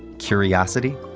curiosity,